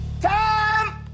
Time